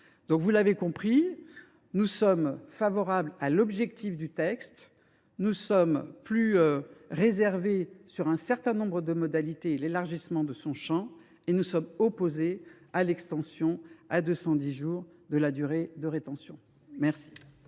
Vous l’avez compris, nous sommes favorables à l’objectif du texte ; nous sommes plus réservés sur un certain nombre de modalités et sur l’élargissement de son champ ; enfin, nous sommes opposés à l’extension à 210 jours de la durée de rétention. La